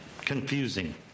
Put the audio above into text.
confusing